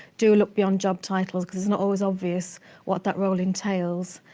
do look beyond job title it's not always obvious what that role entails.